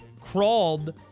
crawled